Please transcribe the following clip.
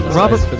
robert